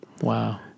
Wow